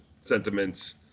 sentiments